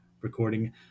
recording